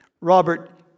Robert